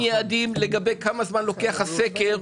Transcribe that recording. עם יעדים לגבי כמה זמן לוקח הסקר,